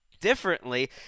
differently